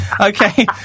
Okay